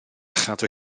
chadw